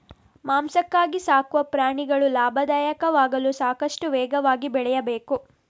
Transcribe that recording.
ಮಾಂಸಕ್ಕಾಗಿ ಸಾಕುವ ಪ್ರಾಣಿಗಳು ಲಾಭದಾಯಕವಾಗಲು ಸಾಕಷ್ಟು ವೇಗವಾಗಿ ಬೆಳೆಯಬೇಕು